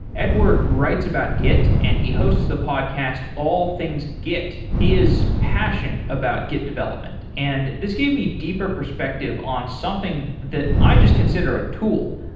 edward writes about git and he hosts the podcast all things git. he is passionate about git development. and this gave me deeper perspective on something that i just consider a tool,